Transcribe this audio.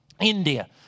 India